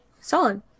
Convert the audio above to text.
Solid